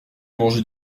manger